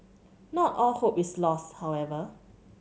not all hope is lost however